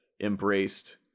embraced